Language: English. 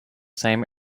same